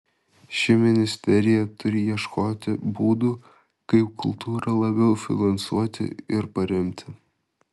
ši ministerija turi ieškoti būdų kaip kultūrą labiau finansuoti ir paremti